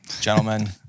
gentlemen